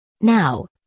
Now